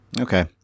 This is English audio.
Okay